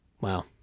Wow